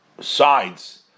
sides